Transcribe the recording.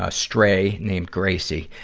ah stray named gracie.